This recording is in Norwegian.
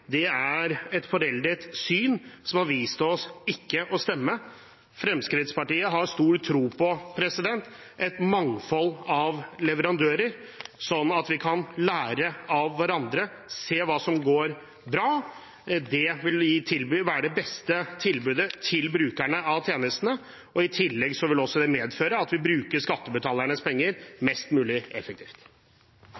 er et foreldet syn som har vist seg ikke å stemme. Fremskrittspartiet har stor tro på et mangfold av leverandører, sånn at vi kan lære av hverandre og se hva som går bra. Det vil gi det beste tilbudet til brukerne av tjenestene, og i tillegg vil det medføre at vi bruker skattebetalernes penger